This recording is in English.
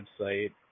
website